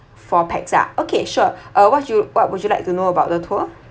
four pax lah okay sure uh what you what would you like to know about the tour